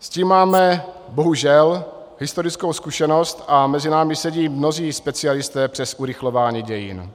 S tím máme bohužel historickou zkušenost a mezi námi sedí mnozí specialisté přes urychlování dějin.